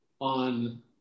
on